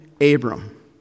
Abram